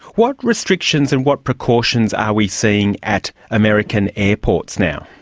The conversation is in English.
what restrictions and what precautions are we seeing at american airports now?